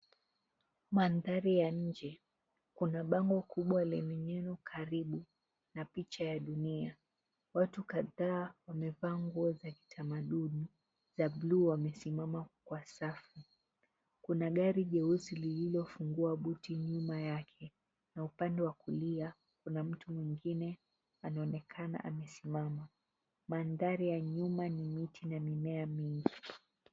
Mandhari ya nje. Kuna bango kubwa lenye neno karibu na picha ya dunia. Watu kadhaa wamevaa nguo za kitamaduni za buluu. Wamesimama kwa safu. Kuna gari jeusi lililofungua buti nyuma yake na upande wa kulia kuna mtu mwingine anaonekana amesimama. Mandhari ya nyuma ni miti na mimea mingi.